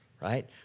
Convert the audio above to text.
right